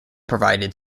provided